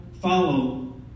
follow